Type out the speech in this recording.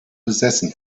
besessen